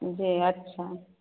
जी अच्छा